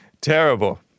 Terrible